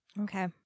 Okay